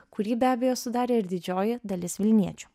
kurį be abejo sudarė ir didžioji dalis vilniečių